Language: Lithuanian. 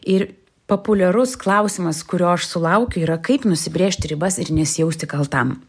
ir populiarus klausimas kurio aš sulaukiu yra kaip nusibrėžti ribas ir nesijausti kaltam